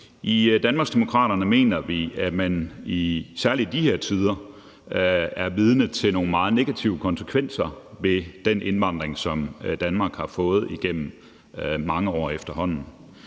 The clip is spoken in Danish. I Danmarksdemokraterne mener vi, at man, særligt i de her tider, er vidne til nogle meget negative konsekvenser ved den indvandring, som Danmark har fået igennem mange år efterhånden.